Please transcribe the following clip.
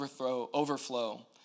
overflow